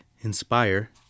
inspire